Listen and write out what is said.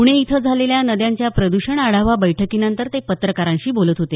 प्णे इथं झालेल्या नद्यांच्या प्रद्षण आढावा बैठकीनंतर ते पत्रकारांशी बोलत होते